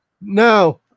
no